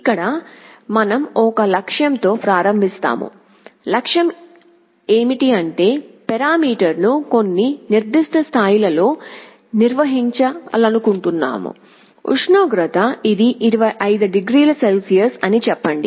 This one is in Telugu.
ఇక్కడ మనం ఒక లక్ష్యంతో ప్రారంభిస్తాము లక్ష్యం ఏమిటి అంటే పారా మీటర్ను కొన్ని నిర్దిష్ట స్థాయిలలో నిర్వహించాలనుకుంటున్నాము ఉష్ణోగ్రత ఇది 25 డిగ్రీల సెల్సియస్ అని చెప్పండి